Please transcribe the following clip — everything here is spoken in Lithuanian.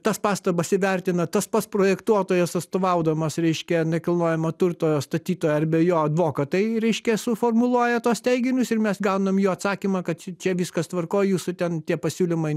tas pastabas įvertina tas pats projektuotojas atstovaudamas reiškia nekilnojamojo turto statytoją be jo advokatai reiškia suformuluoja tuos teiginius ir mes gaunam jo atsakymą kad čia viskas tvarkoj jūsų ten tie pasiūlymai